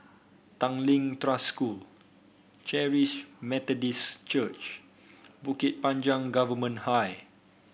Tanglin Trust School Charis Methodist Church Bukit Panjang Government High